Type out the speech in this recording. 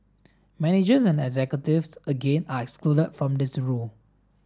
managers and executives again are excluded from this rule